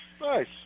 Nice